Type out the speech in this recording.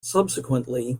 subsequently